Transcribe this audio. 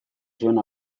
zuen